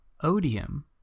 odium